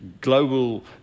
global